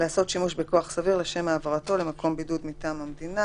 לעשות שימוש בכוח סביר לשם העברתו למקום בידוד מטעם המדינה.